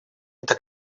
эта